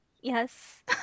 Yes